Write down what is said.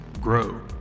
grow